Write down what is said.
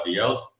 else